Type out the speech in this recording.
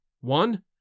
one